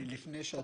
מפריע לי שאת